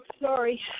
sorry